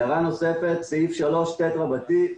הערה נוספת לסעיף 3ט(א).